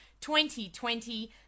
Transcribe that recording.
2020